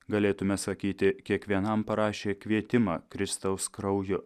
galėtume sakyti kiekvienam parašė kvietimą kristaus krauju